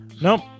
Nope